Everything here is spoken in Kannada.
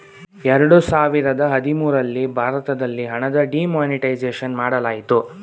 ಎರಡು ಸಾವಿರದ ಹದಿಮೂರಲ್ಲಿ ಭಾರತದಲ್ಲಿ ಹಣದ ಡಿಮಾನಿಟೈಸೇಷನ್ ಮಾಡಲಾಯಿತು